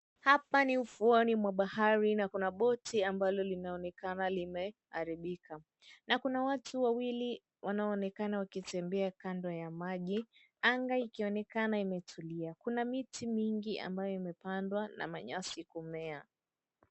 Hapa ni ufuoni mwa bahari na kuna boti ambalo linaonekana limeharibika na kuna watu wawili wanaoonekana wakitembea kando na maji anga ikionekana imetulia. Kuna miti mingi ambayo imepandwa na manyasi kumea.